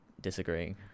disagreeing